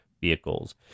vehicles